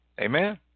Amen